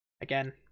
again